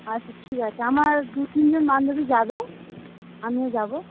আচ্ছা ঠিক আছে আমার দু তিন জন বান্ধবী যাবে আমিও যাব